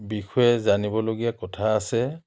বিষয়ে জানিবলগীয়া কথা আছে